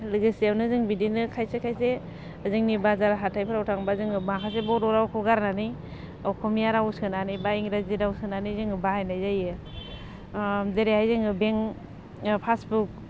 लोगोसेयावनो जों बिदिनो खायसे खायसे जोंनि बाजार हाथायफोराव थांबा जोङो माखासे बर' रावखौ गारनानै अखमिया राव सोनानै बा इंराजि राव सोनानै जों बाहायनाय जायो जेरैहाय जोङो बेंक पासबुक